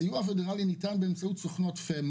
הסיוע הפדרלי ניתן באמצעות סוכנות FEMA